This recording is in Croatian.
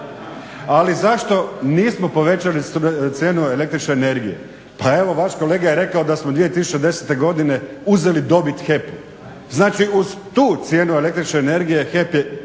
Ali zašto nismo povećali cijenu električne energije? Pa evo vaš kolega je rekao da smo 2010. godine uzeli dobit HEP-u. Znači, uz tu cijenu električne energije HEP je